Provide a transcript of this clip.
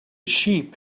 sheep